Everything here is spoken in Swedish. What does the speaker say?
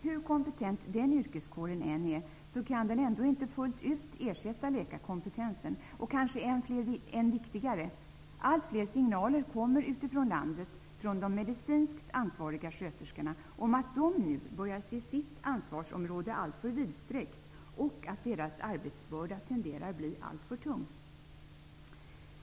Hur kompetent den yrkeskåren än är kan den ändå inte fullt ut ersätta läkarkompetensen. Och kanske än viktigare: Allt fler signaler kommer utifrån landet från de medicinskt ansvariga sköterskorna om att de nu börjar se sitt ansvarsområde alltför vidsträckt och att deras arbetsbörda tenderar att bli alltför tung.